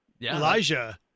Elijah